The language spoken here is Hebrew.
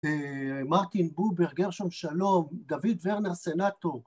מרטין בובר, גרשם שלום, דוד ורנה סנטו